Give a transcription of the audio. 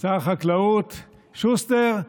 שר החקלאות שוסטר,